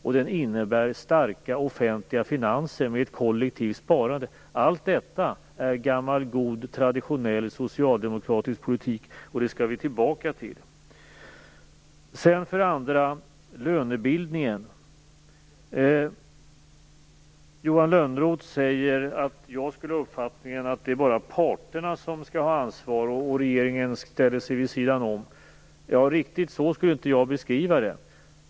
Och den innebär starka offentliga finanser med ett kollektivt sparande. Allt detta är gammal god traditionell socialdemokratisk politik, och den skall vi tillbaka till. Sedan har vi lönebildningen. Johan Lönnroth säger att jag skulle ha uppfattningen att det bara är parterna som skall ha ansvar och att regeringen ställer sig vid sidan om. Riktigt så skulle inte jag beskriva det.